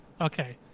Okay